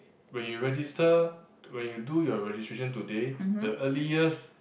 when you register when you do your registration today the earliest